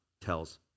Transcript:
tells